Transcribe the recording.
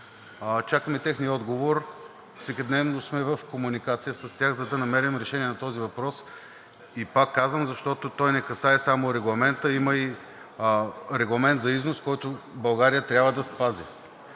чакаме техния отговор. Всекидневно сме в комуникация с тях, за да намерим решение на този въпрос и, пак казвам, защото той не касае само Регламента има и регламент за износ, който България трябва да спази.